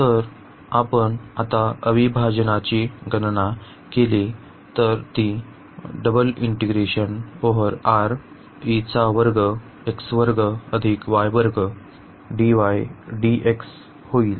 जर आपण आता अविभाजनाची गणना केली तर ती होईल